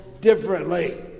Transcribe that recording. differently